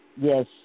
Yes